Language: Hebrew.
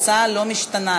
התוצאה לא משתנה,